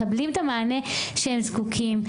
מקבלים את המענה שהם זקוקים,